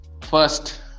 first